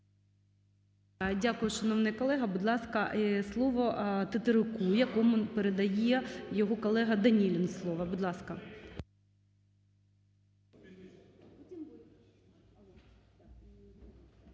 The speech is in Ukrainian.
Дякую, шановний колего! Будь ласка, слово Тетеруку, якому передає його колега Данілін слово. Будь ласка.